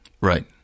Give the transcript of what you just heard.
Right